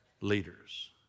leaders